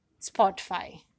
Spotify